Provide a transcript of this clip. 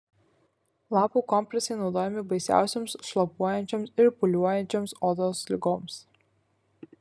lapų kompresai naudojami baisiausioms šlapiuojančios ir pūliuojančioms odos ligoms